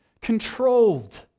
controlled